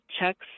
checks